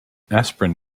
asprin